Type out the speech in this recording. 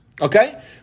okay